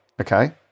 Okay